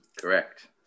Correct